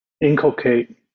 inculcate